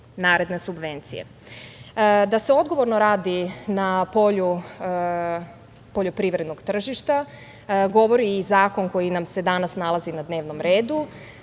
se odgovorno radi na polju poljoprivrednog tržišta govori i zakon koji nam se danas nalazi na dnevnom redu.